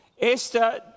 Esther